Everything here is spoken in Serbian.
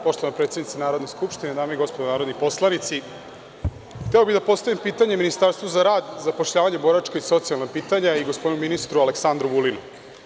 Poštovana predsednice Narodne skupštine, dame i gospodo narodni poslanici, hteo bih da postavim pitanje Ministarstvu za rad, zapošljavanje, boračka i socijalna pitanja i gospodinu ministru Aleksandru Vulinu.